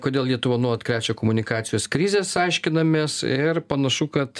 kodėl lietuvą nuolat krečia komunikacijos krizės aiškinamės ir panašu kad